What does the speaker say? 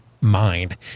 mind